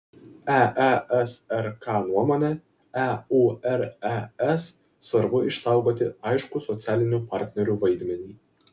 eesrk nuomone eures svarbu išsaugoti aiškų socialinių partnerių vaidmenį